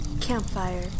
Campfire